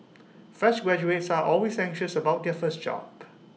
fresh graduates are always anxious about their first job